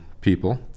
people